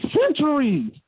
centuries